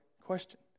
question